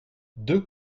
deux